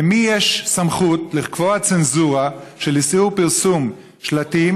למי יש סמכות לקבוע צנזורה של איסור פרסום שלטים?